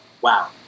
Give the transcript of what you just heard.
wow